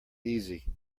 easy